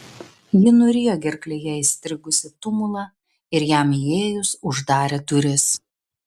ji nurijo gerklėje įstrigusį tumulą ir jam įėjus uždarė duris